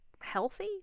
healthy